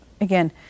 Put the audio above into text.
again